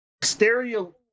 Stereo